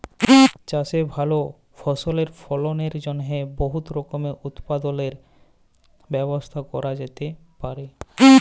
চাষে ভাল ফসলের ফলনের জ্যনহে বহুত রকমের উৎপাদলের ব্যবস্থা ক্যরা যাতে পারে